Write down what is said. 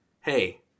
hey